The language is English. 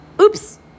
oops